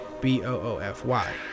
B-O-O-F-Y